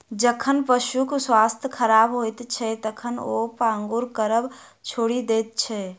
जखन पशुक स्वास्थ्य खराब होइत छै, तखन ओ पागुर करब छोड़ि दैत छै